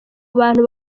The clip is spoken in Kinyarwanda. abantu